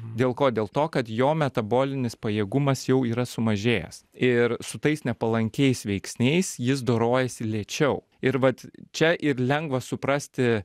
dėl ko dėl to kad jo metabolinis pajėgumas jau yra sumažėjęs ir su tais nepalankiais veiksniais jis dorojasi lėčiau ir vat čia ir lengva suprasti